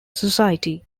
society